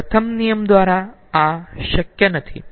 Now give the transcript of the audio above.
જોકે પ્રથમ નિયમ દ્વારા આ અશક્ય નથી